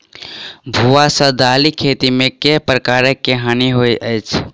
भुआ सँ दालि खेती मे केँ प्रकार केँ हानि होइ अछि?